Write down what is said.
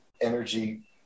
energy